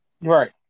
Right